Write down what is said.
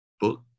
book